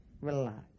Relax